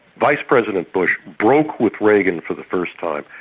vice-president bush broke with reagan for the first time,